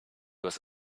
was